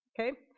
okay